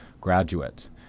graduates